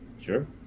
Sure